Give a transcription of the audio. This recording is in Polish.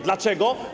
Dlaczego?